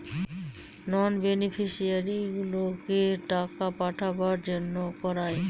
নন বেনিফিশিয়ারিগুলোকে টাকা পাঠাবার জন্য করায়